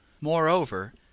Moreover